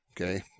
Okay